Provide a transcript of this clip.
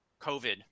COVID